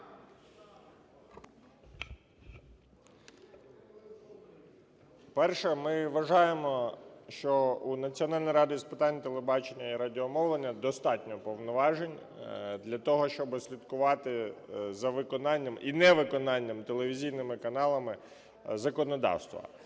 Перше. Ми вважаємо, що у Національної ради з питань телебачення і радіомовлення достатньо повноважень для того, щоби слідкувати за виконанням і невиконанням телевізійними каналами законодавства.